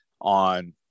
on